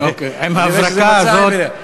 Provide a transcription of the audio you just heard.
אני רואה שזה מצא חן בעיניך.